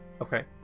Okay